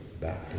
back